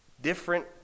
different